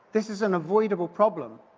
this is an avoidable problem.